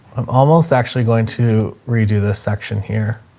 i'm almost actually going to redo this section here.